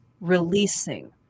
releasing